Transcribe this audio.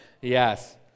Yes